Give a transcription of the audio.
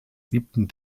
siebten